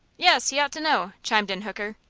yes he ought to know! chimed in hooker.